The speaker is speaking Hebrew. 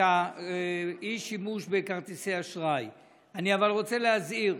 אבל אני רוצה להזהיר: